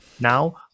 now